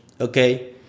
okay